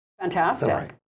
Fantastic